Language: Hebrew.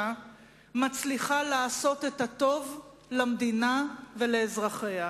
מצליחה לעשות את הטוב למדינה ולאזרחיה.